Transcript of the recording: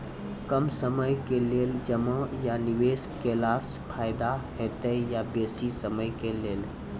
कम समय के लेल जमा या निवेश केलासॅ फायदा हेते या बेसी समय के लेल?